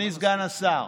השר,